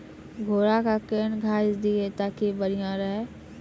घोड़ा का केन घास दिए ताकि बढ़िया रहा?